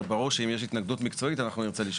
אבל ברור שאם יש התנגדות מקצועית אנחנו נרצה לשמוע.